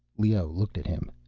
leoh looked at him.